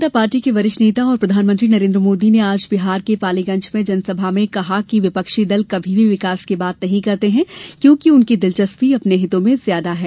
भारतीय जनता पार्टी के वरिष्ठ नेता और प्रधानमंत्री नरेन्द्र मोदी आज बिहार के पालीगंज में जनसभा में कहा कि विपक्षी दल कभी भी विकास की बात नहीं करते हैं क्योंकि उनकी दिलचस्पी अपने हितों में ज्यादा है